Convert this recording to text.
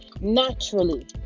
naturally